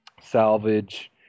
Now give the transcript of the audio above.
salvage